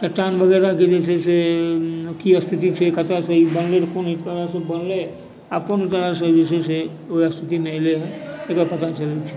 चट्टान वगैरहके जे छै से की स्थिति छै कतऽसँ ई बनलै कोन तरहसँ ई बनलै अपन जे छै से ओहि स्थितिसँ एलै हँ एकर पता चलै छै